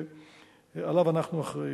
שעליו אנחנו אחראים.